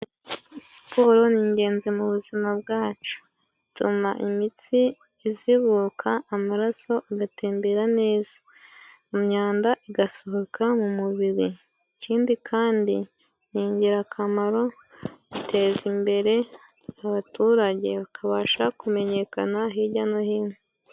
Siporo ni ingenzi mu buzima bwacu, ituma imitsi izibuka amaraso agatembera neza, imyanda igasohoka mu mubiri. Ikindi kandi ni ingirakamaro, iteza imbere abaturage bakabasha kumenyekana hirya no hino.